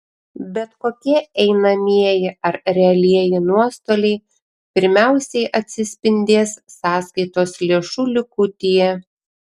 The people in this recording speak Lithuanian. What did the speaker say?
bet kokie einamieji ar realieji nuostoliai pirmiausiai atsispindės sąskaitos lėšų likutyje